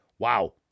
Wow